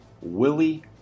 Willie